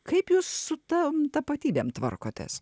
kaip jūs su tom tapatybėm tvarkotės